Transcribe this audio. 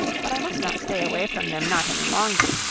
but i must not stay away from them not any longer.